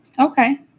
Okay